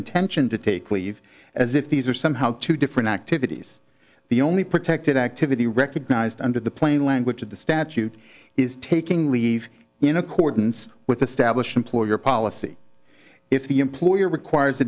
intention to take leave as if these are somehow two different activities the only protected activity recognized under the plain language of the statute is taking leave in accordance with the stablished employer policy if the employer requires